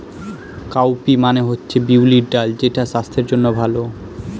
cowpea মানে হচ্ছে বিউলির ডাল যেটা স্বাস্থ্যের জন্য ভালো